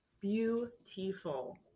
beautiful